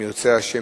אם ירצה השם,